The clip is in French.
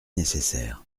nécessaire